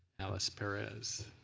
alice perez.